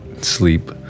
sleep